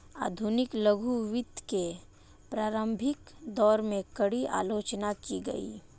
आधुनिक लघु वित्त के प्रारंभिक दौर में, कड़ी आलोचना की गई